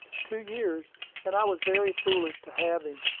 two years and i was very foolish to have him.